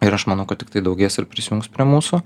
ir aš manau kad tiktai daugės ir prisijungs prie mūsų